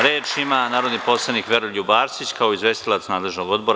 Reč ima narodni poslanik Veroljub Arsić, kao izvestilac nadležnog odbora.